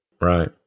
right